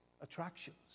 attractions